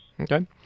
Okay